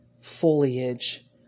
foliage